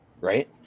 Right